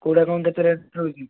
କେଉଁଟା କ'ଣ କେତେ ରେଟ୍ ରହିଛି